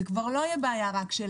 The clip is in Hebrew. זאת כבר לא תהיה בעיה רק של